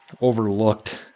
overlooked